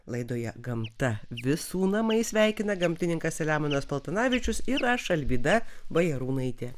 laidoje gamta visų namai sveikina gamtininkas selemonas paltanavičius ir aš alvyda bajarūnaitė